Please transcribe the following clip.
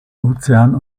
ozean